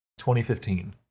2015